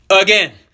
Again